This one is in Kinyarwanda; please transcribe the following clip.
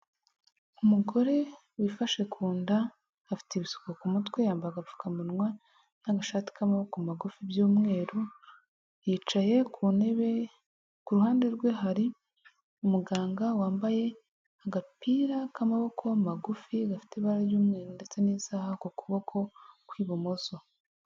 Umugore wifashe ku nda, afite ibisuko ku mutwe, yambaye agapfukamunwa n'agashati k'amaboko magufi by'umweru, yicaye ku ntebe, ku ruhande rwe hari umuganga wambaye agapira k'amaboko magufi gafite ibara ry'umweru ndetse n'isaha ku kuboko kw'ibumoso.